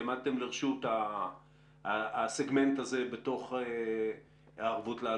שהעמדתם לרשות הסגמנט הזה בתוך הערבות להלוואות.